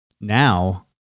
now